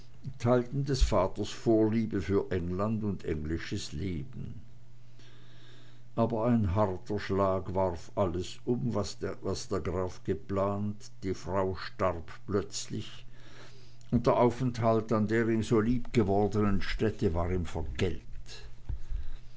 teilten des vaters vorliebe für england und englisches leben aber ein harter schlag warf alles um was der graf geplant die frau starb plötzlich und der aufenthalt an der ihm so liebgewordenen stätte war ihm vergällt